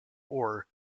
ore